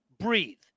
breathe